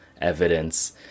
evidence